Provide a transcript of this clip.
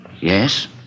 Yes